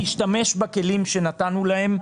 להשתמש בכלים שנתנו להם,